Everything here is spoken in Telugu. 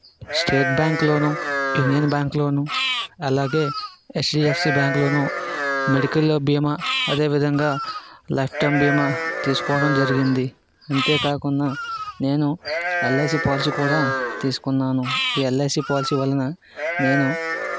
స్టేట్ బ్యాంకులో యూనియన్ బ్యాంకులో అలాగే హెచ్డీఎఫ్సీ బ్యాంకులో మెడికల్ బీమా అదేవిధంగా ల్యాక్టమ్ బీమా తీసుకోవడం జరిగింది అంతే కాకుండా నేను ఎల్ఐసీ పాలసీ కూడా తీసుకున్నాను ఈ ఎల్ఐసీ పాలసీ వలన నేను